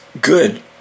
good